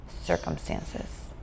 circumstances